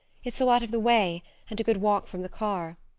it's so out of the way and a good walk from the car.